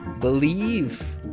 believe